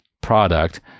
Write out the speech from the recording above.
product